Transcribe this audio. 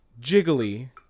Jiggly